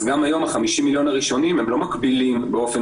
אז גם היום ה-50 מיליון הראשונים הם לא מקבילים באופן